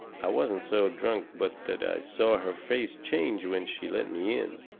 i wasn't so drunk but that i saw her face change when she let me in.